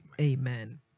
Amen